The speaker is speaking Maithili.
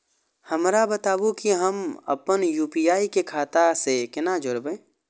हमरा बताबु की हम आपन यू.पी.आई के खाता से कोना जोरबै?